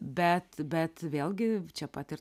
bet bet vėlgi čia pat ir